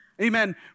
Amen